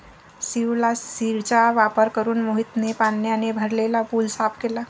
शिवलाशिरचा वापर करून मोहितने पाण्याने भरलेला पूल साफ केला